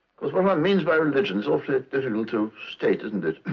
course, what one means by religion is awfully difficult to state, isn't it?